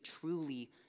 truly